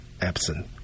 absent